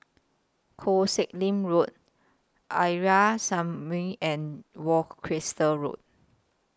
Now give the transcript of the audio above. Koh Sek Lim Road Arya Samaj and Worcester Road